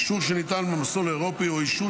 אישור שניתן במסלול האירופי או אישור